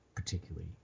Particularly